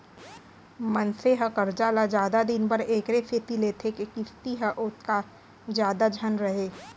मनसे ह करजा ल जादा दिन बर एकरे सेती लेथे के किस्ती ह ओतका जादा झन रहय